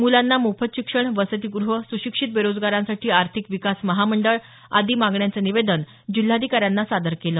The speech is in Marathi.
मुलांना मोफत शिक्षण वसतीगृह सुशिक्षित बेरोजगारांसाठी आर्थिक विकास महामंडळ आदी मागण्यांचं निवेदन जिल्हाधिकाऱ्यांना सादर केलं